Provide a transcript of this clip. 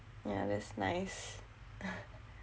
yah that's nice